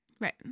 right